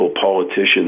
politician's